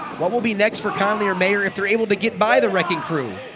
what will be next for konley or mayer if they are able to get by the wrecking crew